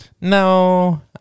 No